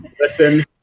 Listen